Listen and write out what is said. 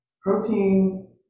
proteins